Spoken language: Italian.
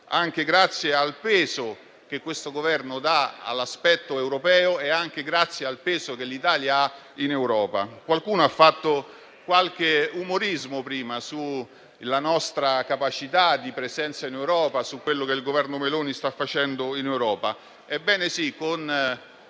anche grazie al peso che questo Governo dà all'aspetto europeo e al peso che l'Italia ha in Europa. Qualcuno ha fatto qualche umorismo prima sulla nostra capacità di presenza in Europa e su quello che il Governo Meloni sta facendo in quella